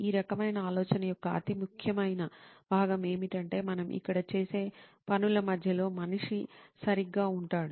ఈ రకమైన ఆలోచన యొక్క అతి ముఖ్యమైన భాగం ఏమిటంటే మనం ఇక్కడ చేసే పనుల మధ్యలో మనిషి సరిగ్గా ఉంటాడు